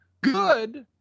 good